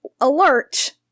alert